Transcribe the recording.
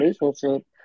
relationship